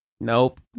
Nope